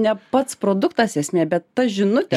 ne pats produktas esmė bet ta žinutė